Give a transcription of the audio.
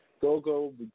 Gogo